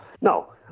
No